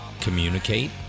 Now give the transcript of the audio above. communicate